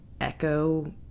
echo